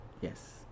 Yes